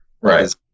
Right